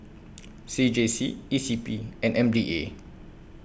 C J C E C P and M D A